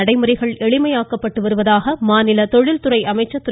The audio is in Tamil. நடைமுறைகள் எளிமையாக்கப்பட்டு வருவதாக மாநில தொழில்துறை அமைச்சர் திரு